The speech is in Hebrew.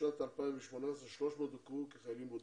בשנת 2018, 300 הוכרו כחיילים בודדים.